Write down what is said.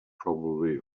probably